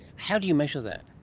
how do you measure that?